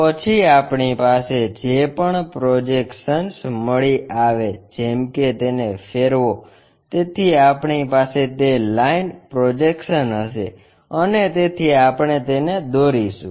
પછી આપણી પાસે જે પણ પ્રોજેક્શન્સ મળી આવે જેમકે તેને ફેરવો તેથી આપણી પાસે તે લાઇન પ્રોજેક્શન હશે અને તેથી આપણે તેને દોરિશું